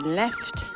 left